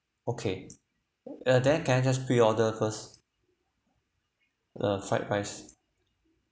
okay uh then can I just pre order first uh fried rice